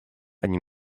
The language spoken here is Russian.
они